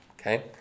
Okay